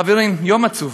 חברים, יום עצוב.